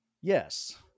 Yes